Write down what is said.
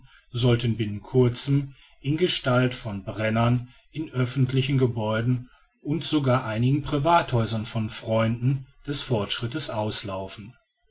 sollten binnen kurzem in gestalt von brennern in öffentliche gebäude und sogar einige privathäuser von freunden des fortschritts auslaufen